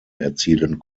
erzielen